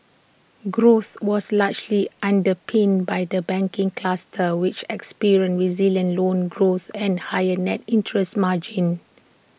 growth was largely underpinned by the banking cluster which experienced resilient loans growth and higher net interest margins